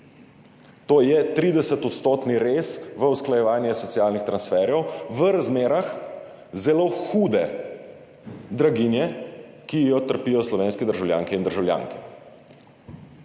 To je 30 % rez v usklajevanje socialnih transferjev v razmerah zelo hude draginje, ki jo trpijo slovenske državljanke in državljanke.